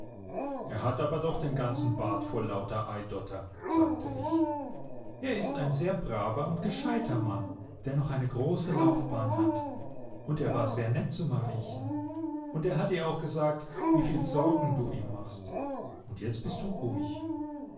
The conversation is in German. er hat aber doch den ganzen bart voll lauter eidotter sagte ich er ist ein sehr braver und gescheiter mann der noch eine große laufbahn hat und er war sehr nett zu mariechen und er hat ihr auch gesagt wieviel sorgen du ihm machst und jetzt bist du ruhig